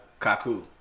Kaku